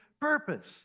purpose